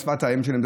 שזאת שפת האם שלהם,